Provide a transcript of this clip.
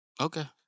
Okay